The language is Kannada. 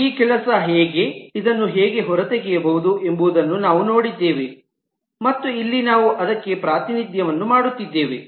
ಮತ್ತು ಈ ಕೆಲಸ ಹೇಗೆ ಇದನ್ನು ಹೇಗೆ ಹೊರತೆಗೆಯಬಹುದು ಎಂಬುದನ್ನು ನಾವು ನೋಡಿದ್ದೇವೆ ಮತ್ತು ಇಲ್ಲಿ ನಾವು ಅದಕ್ಕಾಗಿ ಪ್ರಾತಿನಿಧ್ಯವನ್ನು ಮಾಡುತ್ತಿದ್ದೇವೆ